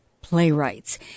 Playwrights